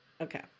Okay